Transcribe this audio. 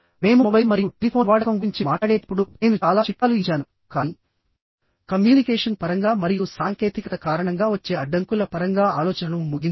మేము మొబైల్ మరియు టెలిఫోన్ వాడకం గురించి మాట్లాడేటప్పుడు నేను చాలా చిట్కాలు ఇచ్చాను కానీ కమ్యూనికేషన్ పరంగా మరియు సాంకేతికత కారణంగా వచ్చే అడ్డంకుల పరంగా ఆలోచనను ముగించడం